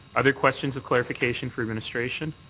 other questions of clarification for administration?